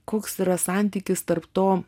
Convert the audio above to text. koks yra santykis tarp to